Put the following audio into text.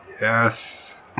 Yes